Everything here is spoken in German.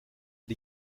die